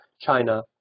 China